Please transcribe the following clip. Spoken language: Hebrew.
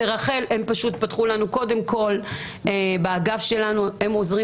רח"ל פתחו לנו באגף שלנו -- הם עוזרים